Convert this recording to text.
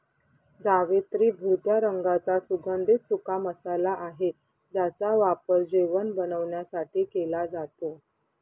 जावेत्री भुरक्या रंगाचा सुगंधित सुका मसाला आहे ज्याचा वापर जेवण बनवण्यासाठी केला जातो